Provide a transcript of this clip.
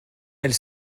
elles